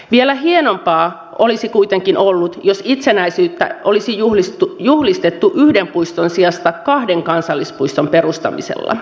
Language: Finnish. vielä hienompaa olisi kuitenkin ollut jos itsenäisyyttä olisi juhlistettu yhden puiston sijasta kahden kansallispuiston perustamisella